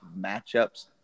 matchups